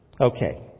Okay